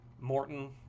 Morton